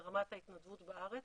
ברמת ההתנדבות בארץ,